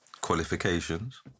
qualifications